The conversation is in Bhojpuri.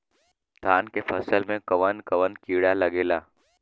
धान के फसल मे कवन कवन कीड़ा लागेला?